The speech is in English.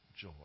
joy